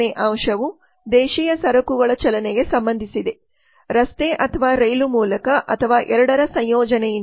ಎರಡನೇ ಅಂಶವು ದೇಶೀಯ ಸರಕುಗಳ ಚಲನೆಗೆ ಸಂಬಂಧಿಸಿದೆ ರಸ್ತೆ ಅಥವಾ ರೈಲು ಮೂಲಕ ಅಥವಾ ಎರಡರ ಸಂಯೋಜನೆಯಿಂದ